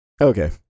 Okay